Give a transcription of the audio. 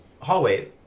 hallway